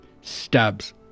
stabs